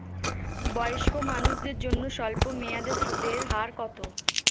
বয়স্ক মানুষদের জন্য স্বল্প মেয়াদে সুদের হার কত?